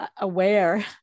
aware